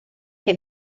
che